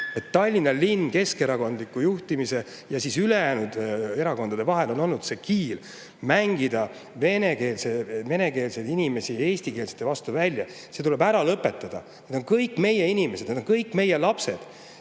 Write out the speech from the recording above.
Tallinna linna keskerakondliku juhtimise ja ülejäänud erakondade vahel on olnud see kiil, [soov] mängida venekeelseid inimesi eestikeelsete vastu välja. See tuleb ära lõpetada. Need on kõik meie inimesed, nad on kõik meie lapsed